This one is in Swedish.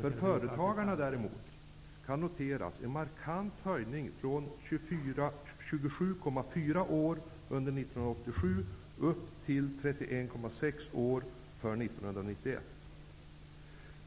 För företagarna kan däremot noteras en markant höjning från 27,4 dagar under